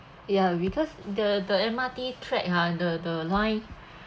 ya because the the M_R_T track ah the the line